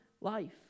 life